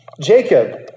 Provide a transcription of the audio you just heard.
Jacob